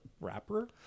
rapper